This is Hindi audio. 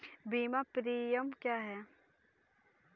बीमा प्रीमियम क्या है?